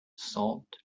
salt